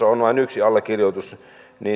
on vain yksi allekirjoitus